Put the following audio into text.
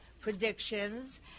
predictions